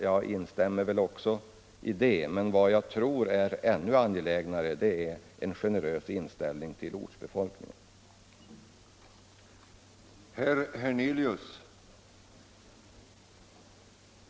Jag instämmer naturligtvis i det, men vad jag tror är ännu mera angeläget är en generös inställning till ortsbefolkningen i berörda områden.